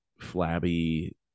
flabby